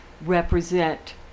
represent